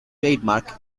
trademark